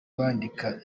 bandika